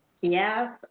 Yes